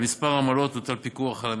על כמה עמלות הוטל פיקוח על המחיר,